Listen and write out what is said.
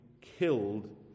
killed